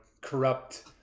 corrupt